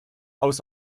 aus